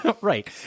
Right